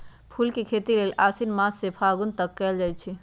फूल के खेती लेल आशिन मास से फागुन तक कएल जाइ छइ